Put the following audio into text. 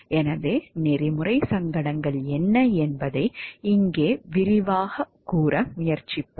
எனவே நெறிமுறை சங்கடங்கள் என்ன என்பதை இங்கே விரிவாகக் கூற முயற்சிப்போம்